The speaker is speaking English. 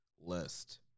list